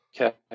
Okay